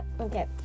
okay